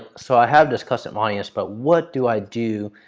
so i have this custom audience. but what do i do